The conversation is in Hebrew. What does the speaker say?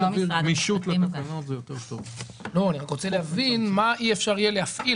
אני רוצה להבין מה אי אפשר יהיה להפעיל.